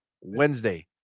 Wednesday